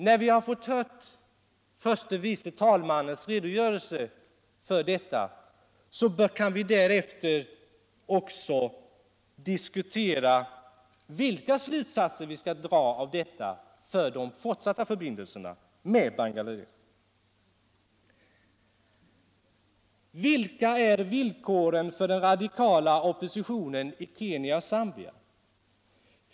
När vi fått herr förste vice talmannens redogörelse för detta kan vi också diskutera vilka slutsatser vi skall dra härav för de framtida förbindelserna med Bangladesh. Vilka är villkoren för den radikala oppositionen i Kenya och Zambia?